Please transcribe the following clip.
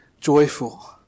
joyful